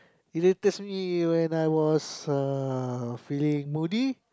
irritates me when I was uh feeling moody